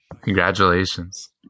congratulations